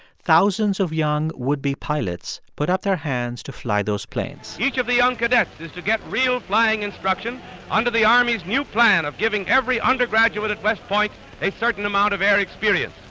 thousands of young would-be pilots put up their hands to fly those planes each of the young cadets is to get real flying instruction under the army's new plan of giving every undergraduate at west point a certain amount of air experience.